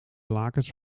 lakens